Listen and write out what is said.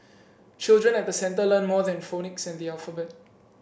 children at the centre learn more than phonics and the alphabet